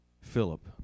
Philip